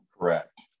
Correct